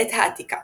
העת העתיקה